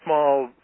Small